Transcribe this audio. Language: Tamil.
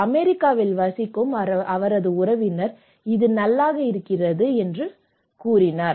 அமெரிக்காவில் வசிக்கும் அவரது உறவினர் இது நல்லது என்று கூறினார்